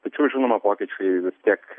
tačiau žinoma pokyčiai vis tiek